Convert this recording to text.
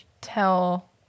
tell